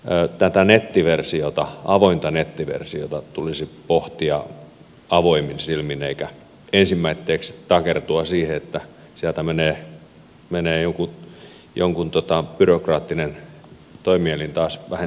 tätä nettiversiota avointa nettiversiota tulisi pohtia avoimin silmin eikä ensimmäitteksi takertua siihen että sieltä menee jonkun byrokraattinen toimielin taas vähemmillä työpaikoilla